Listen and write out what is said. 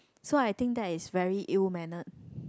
so I think that is very ill mannered